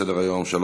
הצעה לסדר-היום מס'